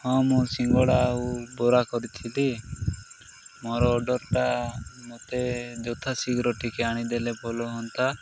ହଁ ମୁଁ ସିଙ୍ଗଡ଼ା ଆଉ ବରା କରିଥିଲି ମୋର ଅର୍ଡରଟା ମୋତେ ଯଥା ଶୀଘ୍ର ଟିକେ ଆଣିଦେଲେ ଭଲ ହୁଅନ୍ତା